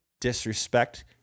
disrespect